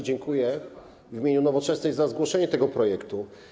Dziękuję w imieniu Nowoczesnej za zgłoszenie tego projektu.